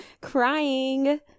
crying